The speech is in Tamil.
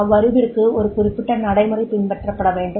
அவ்வறிவிற்கு ஒரு குறிப்பிட்ட நடைமுறை பின்பற்றப்பட வேண்டும்